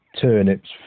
turnips